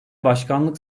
başkanlık